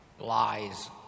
lies